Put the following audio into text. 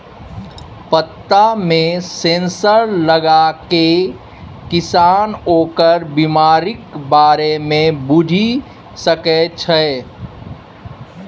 पत्तामे सेंसर लगाकए किसान ओकर बिमारीक बारे मे बुझि सकैत छै